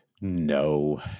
No